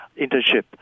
internship